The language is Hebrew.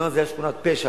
בזמנו זו היתה שכונת פשע,